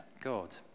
God